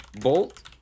Bolt